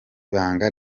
banga